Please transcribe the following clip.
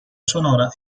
sonora